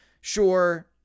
sure